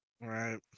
right